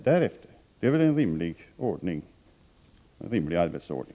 Det är väl en rimlig arbetsordning.